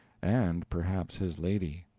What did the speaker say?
and perhaps his lady.